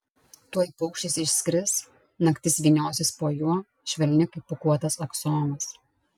tuoj paukštis išskris naktis vyniosis po juo švelni kaip pūkuotas aksomas